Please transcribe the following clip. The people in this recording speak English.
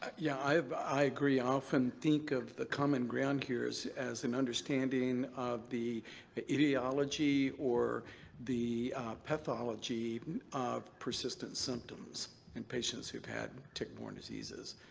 yeah, i agree. i often think of the common ground here as as an understanding of the the ideology or the pathology of persistent symptoms in patients who've had tick-borne diseases,